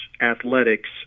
athletics